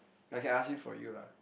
I can ask him for you lah